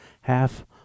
half